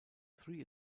three